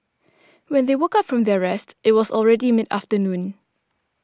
when they woke up from their rest it was already mid afternoon